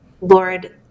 Lord